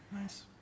Nice